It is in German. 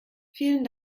vielen